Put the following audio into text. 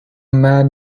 man